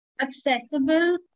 accessible